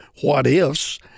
what-ifs